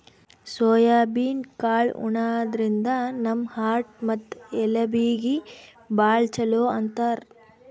soybean ಕಾಳ್ ಉಣಾದ್ರಿನ್ದ ನಮ್ ಹಾರ್ಟ್ ಮತ್ತ್ ಎಲಬೀಗಿ ಭಾಳ್ ಛಲೋ ಅಂತಾರ್